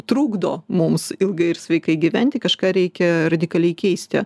trukdo mums ilgai ir sveikai gyventi kažką reikia radikaliai keisti